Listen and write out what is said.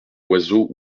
oiseaux